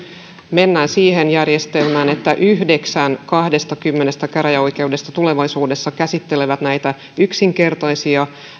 mennään siihen järjestelmään että yhdeksän kahdestakymmenestä käräjäoikeudesta tulevaisuudessa käsittelee näitä yksinkertaisia